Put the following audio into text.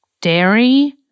dairy